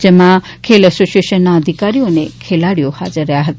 જેમાં ખેલ એસોસિએશનના અધિકારીઓ અને ખેલાડીઓ ફાજર રહ્યા હતા